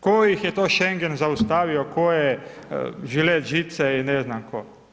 Koji ih je to Schengen zaustavio koje žilet žice i ne znam tko?